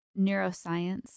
neuroscience